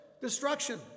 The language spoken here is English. destruction